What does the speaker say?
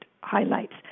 highlights